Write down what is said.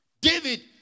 David